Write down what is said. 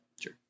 Sure